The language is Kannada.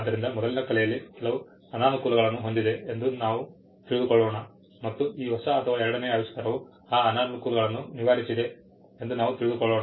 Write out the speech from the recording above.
ಆದ್ದರಿಂದ ಮೊದಲಿನ ಕಲೆಯಲ್ಲಿ ಕೆಲವು ಅನಾನುಕೂಲಗಳನ್ನು ಹೊಂದಿದೆ ಎಂದು ನಾವು ತಿಳಿದುಕೊಳ್ಳೋಣ ಮತ್ತು ಈ ಹೊಸ ಅಥವಾ ಎರಡನೆಯ ಆವಿಷ್ಕಾರವು ಆ ಅನಾನುಕೂಲಗಳನ್ನು ನಿವಾರಿಸಿದೆ ಎಂದು ನಾವು ತಿಳಿದುಕೊಳ್ಳೋಣ